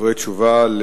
דברי תשובה על